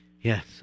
yes